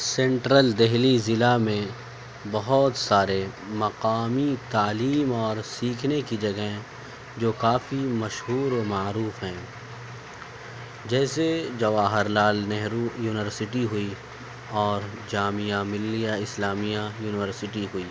central Delhi ضلع میں بہت سارے مقامی تعلیم اور سیکھنے کی جگہیں جو کافی مشہور و معروف ہیں جیسے جواہر لال نہرو یونیورسٹی ہوئی اور جامعہ ملیہ اسلامیہ یونیورسٹی ہوئی